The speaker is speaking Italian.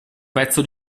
pezzo